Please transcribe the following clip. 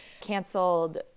canceled